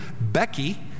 Becky